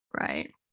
right